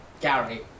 Gary